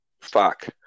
fuck